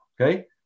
Okay